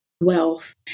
wealth